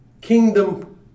Kingdom